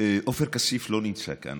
עופר כסיף לא נמצא כאן.